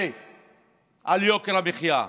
על יוקר המחיה.